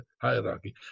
hierarchy